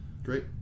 Great